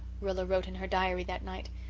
rilla wrote in her diary that night.